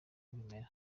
bimera